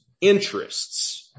interests